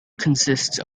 consists